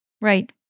right